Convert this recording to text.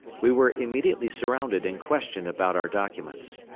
we were immediately surrounded and questioned about our documents.